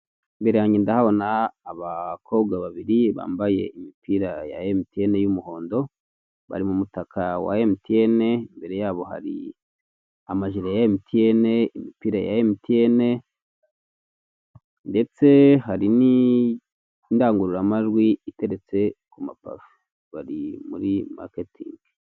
Imbere yanjye ndahabona abakobwa babiri bambaye imipira ya emutiyene y'umuhondo, bari mu mutaka wa emutiyene, imbere yabo hari amajire ya emutiyene, imipira ya emutiyene, ndetse hari n'indangururamajwi iteretse ku mapave, bari muri maketingi.